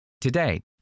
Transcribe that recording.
Today